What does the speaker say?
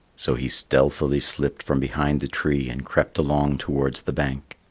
so he stealthily slipped from behind the tree and crept along towards the bank.